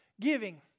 Giving